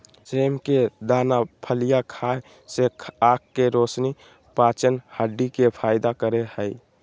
सेम के दाना फलियां खाय से आँख के रोशनी, पाचन, हड्डी के फायदा करे हइ